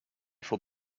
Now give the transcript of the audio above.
faut